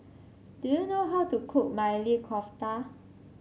do you know how to cook Maili Kofta